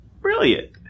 brilliant